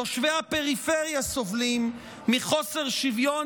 תושבי הפריפריה סובלים מחוסר שוויון